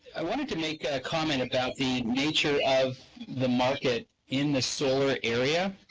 i wanted to make a comment about the nature of the market in the solar area.